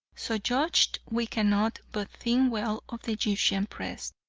so judged we cannot but think well of the egyptian press.